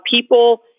people